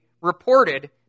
reported